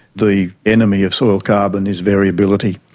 the enemy of soil carbon is variability.